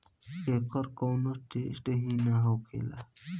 एकर कौनो टेसट ही ना होखेला